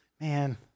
Man